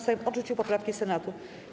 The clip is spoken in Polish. Sejm odrzucił poprawki Senatu.